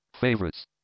favorites